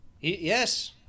Yes